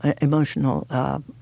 emotional